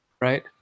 Right